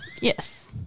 Yes